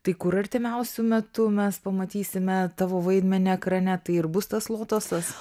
tai kur artimiausiu metu mes pamatysime tavo vaidmenį ekrane tai ir bus tas lotusas